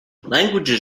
languages